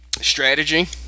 strategy